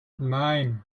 nein